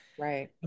Right